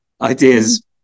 ideas